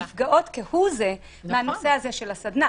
נפגעות כהוא זה מהנושא הזה של הסדנה,